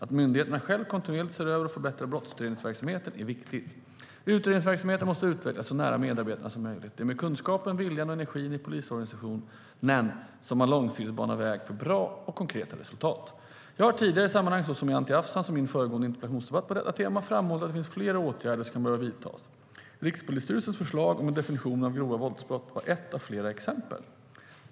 Att myndigheterna själva kontinuerligt ser över och förbättrar brottsutredningsverksamheten är viktigt. Utredningsverksamheten måste utvecklas så nära medarbetarna som möjligt. Det är med kunskapen, viljan och energin i polisorganisationen som man långsiktigt banar väg för bra och konkreta resultat. Jag har i tidigare sammanhang, så som i Anti Avsans och min föregående interpellationsdebatt på detta tema, framhållit att det finns flera åtgärder som kan behöva vidtas. Rikspolisstyrelsens förslag om en definition av grova våldsbrott var ett av flera exempel.